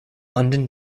london